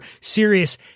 serious